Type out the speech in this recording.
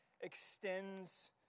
extends